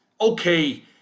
Okay